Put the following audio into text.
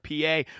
PA